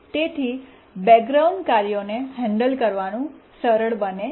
તેથી બેકગ્રાઉન્ડ કાર્યો ને હેન્ડલ કરવું સરળ છે